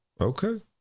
Okay